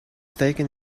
taking